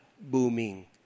booming